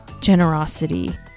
generosity